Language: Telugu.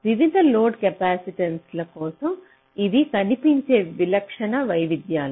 వివిధ లోడ్ కెపాసిటెన్స్ల కోసం ఇవి కనిపించే విలక్షణ వైవిధ్యాలు